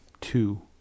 two